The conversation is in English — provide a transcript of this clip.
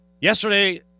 Yesterday